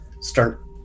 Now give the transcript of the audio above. start